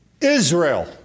Israel